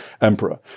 Emperor